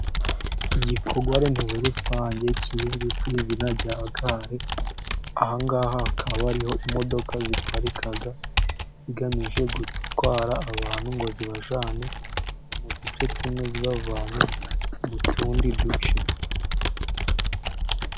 Igikorwa remezo rusange kizwi ku izina rya gare. Aha ngaha hakaba ariho imodoka ziparika zigamije gutwara abantu, ngo zibajyane mu duce tumwe zibavanye mu tundi duce.